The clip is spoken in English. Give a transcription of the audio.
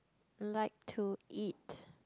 like to eat